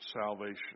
salvation